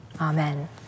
Amen